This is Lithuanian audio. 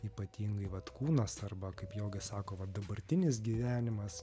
ypatingai vat kūnas arba kaip jogai sako va dabartinis gyvenimas